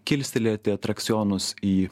kilstelėti atrakcionus į